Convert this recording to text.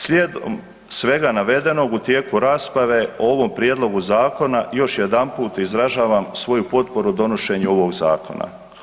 Slijedom svega navedenog u tijeku rasprave, o ovom prijedlogu zakona, još jedanput izražavam svoju potporu donošenju ovog zakona.